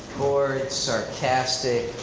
bored, sarcastic.